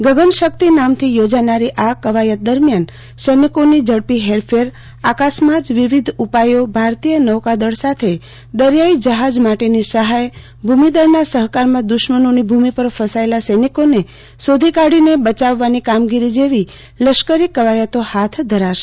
ગગનશક્તિ નામથી યોજાનારી આ ક્વાયત દરમિયાન સૈનિકોની ઝડપી હેરફેર આકાશમાં જ વિવિધ ઉપાયો ભારતીય નૌકાદળ સાથે દરિયાઈ જહાજ માટેની સહાય ભૂમિદળના સહકારમાં દુશ્મનોની ભૂમિ પર ફસાયેલા સૈનિકોને શોધી કાઢીને બચાવવાની કામગીરી જેવી લશ્કરી ક્વાયતો હાથ ધરાશે